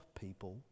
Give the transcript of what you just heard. people